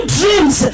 dreams